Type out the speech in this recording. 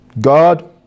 God